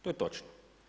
To je točno.